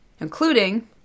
including